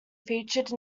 featured